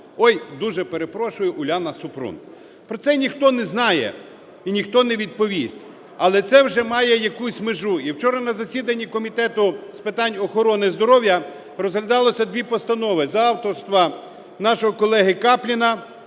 Ой, дуже перепрошую, Уляна Супрун. Про це ніхто не знає і ніхто не відповість, але це вже має якусь межу. І вчора на засіданні Комітету з питань охорони здоров'я розглядалося дві постанови за авторства нашого колегиКапліна